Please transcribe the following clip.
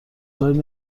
کاری